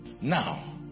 Now